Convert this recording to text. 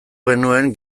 genuen